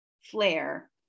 flare